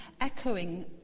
echoing